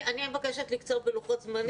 אני מבקשת לקצוב בלוחות זמנים.